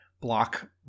block